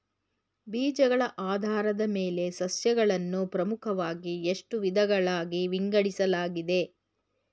ಬೀಜಗಳ ಆಧಾರದ ಮೇಲೆ ಸಸ್ಯಗಳನ್ನು ಪ್ರಮುಖವಾಗಿ ಎಷ್ಟು ವಿಧಗಳಾಗಿ ವಿಂಗಡಿಸಲಾಗಿದೆ?